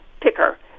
picker